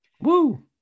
Woo